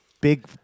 big